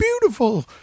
beautiful